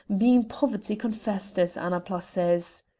bein' poverty confessed, as annapla says.